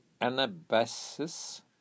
Anabasis